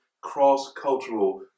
cross-cultural